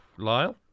Lyle